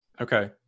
Okay